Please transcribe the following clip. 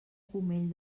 pomell